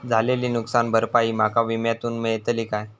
झालेली नुकसान भरपाई माका विम्यातून मेळतली काय?